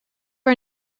are